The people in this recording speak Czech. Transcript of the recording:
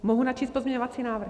Mohu načíst pozměňovací návrh?